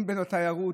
אם בתיירות,